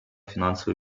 финансовой